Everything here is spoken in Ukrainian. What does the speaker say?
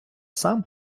сам